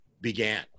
began